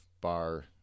Bar